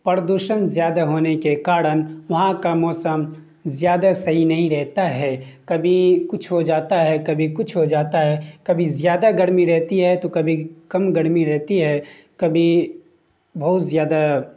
پردوشن زیادہ ہونے کے کارن وہاں کا موسم زیادہ صحیح نہیں رہتا ہے کبھی کچھ ہو جاتا ہے کبھی کچھ ہو جاتا ہے کبھی زیادہ گرمی رہتی ہے تو کبھی کم گرمی رہتی ہے کبھی بہت زیادہ